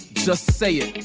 just say it.